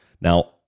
Now